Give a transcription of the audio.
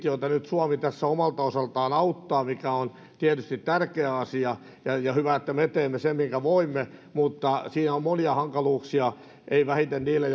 joita nyt suomi tässä omalta osaltaan auttaa mikä on tietysti tärkeä asia ja ja hyvä että me teemme sen minkä voimme mutta siinä on monia hankaluuksia ei vähiten niille